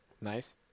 Nice